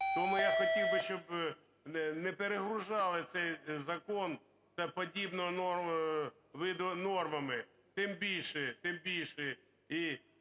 Тому я хотів, щоб не перегружали цей закон та подібного виду нормами. Тим більше і